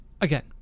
again